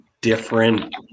different